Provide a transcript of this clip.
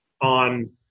on